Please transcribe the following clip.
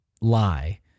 lie